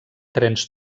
trens